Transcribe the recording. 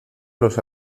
los